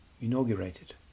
inaugurated